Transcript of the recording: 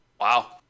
Wow